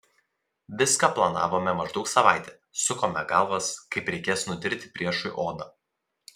viską planavome maždaug savaitę sukome galvas kaip reikės nudirti priešui odą